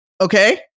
Okay